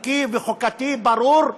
חוקי וחוקתי ברור,